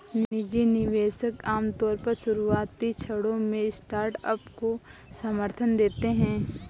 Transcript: निजी निवेशक आमतौर पर शुरुआती क्षणों में स्टार्टअप को समर्थन देते हैं